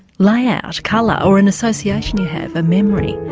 layout, colour, or an association you have, a memory?